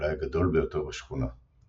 אולי הגדול ביותר בשכונה.